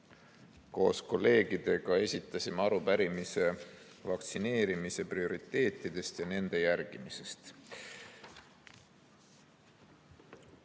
koos kolleegidega arupärimise vaktsineerimise prioriteetide ja nende järgimise